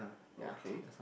okay